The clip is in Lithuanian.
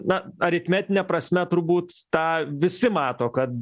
na aritmetine prasme turbūt tą visi mato kad